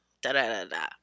da-da-da-da